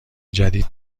جدید